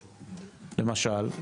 למשל,